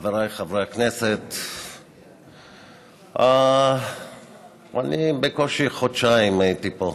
חבריי חברי הכנסת, אני בקושי חודשיים הייתי פה,